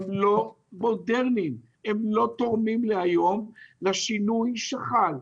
הם לא מודרניים ולא תואמים את השינוי שחל.